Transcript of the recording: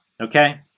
okay